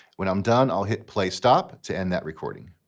when i'm done, i'll hit play stop to end that recording.